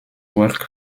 walk